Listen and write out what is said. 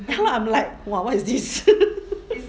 ya lor I'm like !wah! what is this